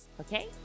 Okay